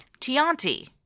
Tianti